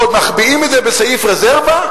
ועוד מחביאים את זה בסעיף רזרבה?